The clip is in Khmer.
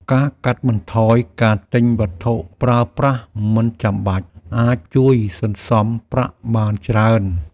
ការកាត់បន្ថយការទិញវត្ថុប្រើប្រាស់មិនចាំបាច់អាចជួយសន្សំប្រាក់បានច្រើន។